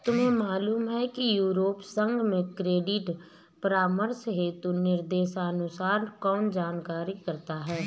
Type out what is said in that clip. तुम्हें मालूम है कि यूरोपीय संघ में क्रेडिट परामर्श हेतु दिशानिर्देश कौन जारी करता है?